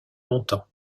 longtemps